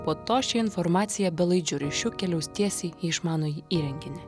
po to ši informacija belaidžiu ryšiu keliaus tiesiai į išmanųjį įrenginį